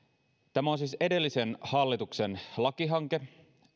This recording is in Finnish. tämä on siis edellisen hallituksen lakihanke